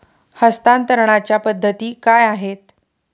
हस्तांतरणाच्या पद्धती काय आहेत?